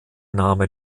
name